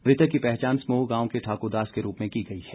मृतक की पहचान समोह गांव के ठाकुर दास के रूप में की गई है